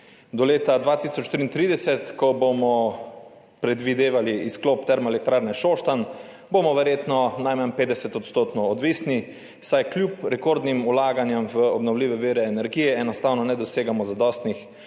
Do leta 2033, ko bomo predvidevali izklop Termoelektrarne Šoštanj, bomo verjetno najmanj 50-odstotno odvisni, saj kljub rekordnim vlaganjem v obnovljive vire energije enostavno ne dosegamo zadostnih